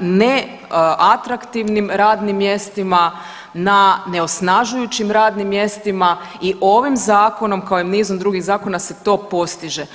neatraktivnim radnim mjestima, na neosnažujućim radnim mjestima i ovim zakonom kao i nizom drugih zakona se to postiže.